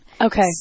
Okay